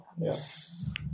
Yes